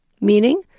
meaning